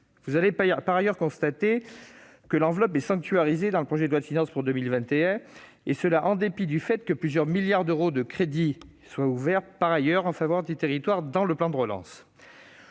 Vous avez d'ailleurs constaté que l'enveloppe est sanctuarisée dans le projet de loi de finances pour 2021, en dépit du fait que plusieurs milliards d'euros de crédits soient ouverts par ailleurs en faveur des territoires dans le plan de relance.